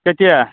কেতিয়া